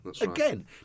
Again